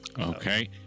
Okay